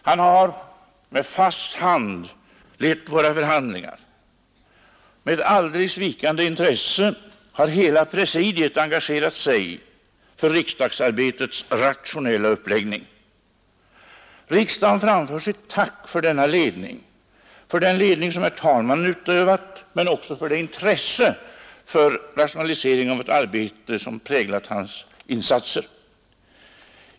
Han har med fast hand lett våra förhandlingar, och med aldrig svikande intresse har hela presidiet engagerat sig för riksdagsarbetets rationella uppläggning. Riksdagen framför sitt tack för den ledning som herr talmannen utövat men också för det intresse för rationalisering av arbetet som präglat hans insatser.